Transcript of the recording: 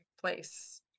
place